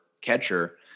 catcher